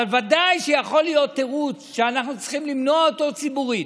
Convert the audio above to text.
אבל ודאי שיכול להיות תירוץ שאנחנו צריכים למנוע אותו ציבורית,